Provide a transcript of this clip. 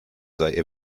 sei